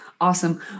Awesome